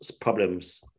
problems